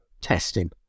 testing